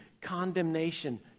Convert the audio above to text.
condemnation